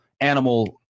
animal